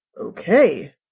Okay